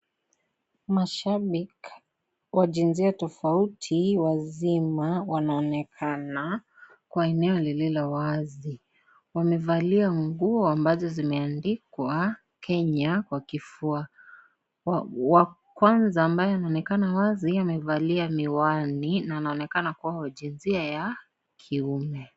Mashabiki wa jinsia tofauti, wazima wanaonekana, kwa eneo lililo wazi. Wamevalia nguo ambazo zimeandikwa, Kenya kwa kifua. Wa, wa kwanza ambaye anaonekana wazi, amevalia miwani na anaonekana kuwa wa jinsia ya kiume.